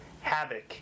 Havoc